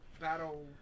battle